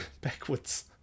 Backwards